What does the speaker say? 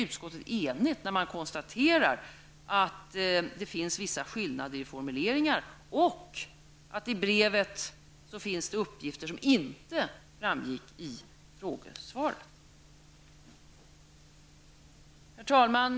Ett enigt utskott konstaterar att det finns vissa skillnader i formuleringarna och att det i brevet finns uppgifter som inte framgick av frågesvaret. Herr talman!